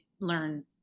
learn